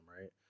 right